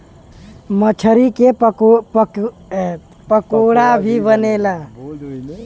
मछरी के पकोड़ा भी बनेला